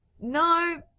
No